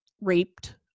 raped